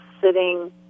sitting